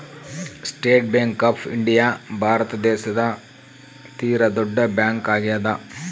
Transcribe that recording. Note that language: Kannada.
state Bank of India Bharat ದೇಶದ ತೀರ ದೊಡ್ಡ ಬ್ಯಾಂಕ್ ಆಗ್ಯಾದ